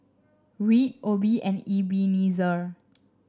Reed Obie and Ebenezer